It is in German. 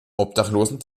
obdachlosen